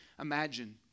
imagine